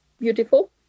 beautiful